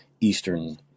Eastern